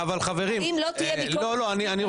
האם לא תהיה ביקורת שיפוטית --- חברים,